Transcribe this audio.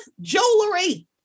jewelry